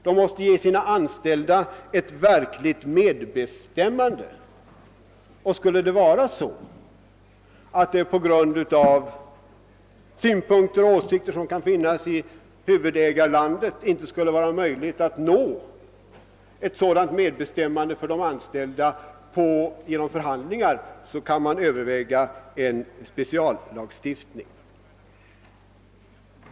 De måste ge sina anställda ett verkligt medbestämmande, och skulle det vara så, att det på grund av synpunkter och åsikter som kan förefinnas i huvudägarlandet inte skulle vara möjligt att nå ett sådant medbestämmande för de anställda genom förhandlingar kan man överväga en speciallagstiftning.